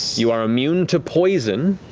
you are immune to poison